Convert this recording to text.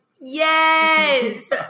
yes